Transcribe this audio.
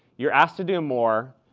you're asked to do more.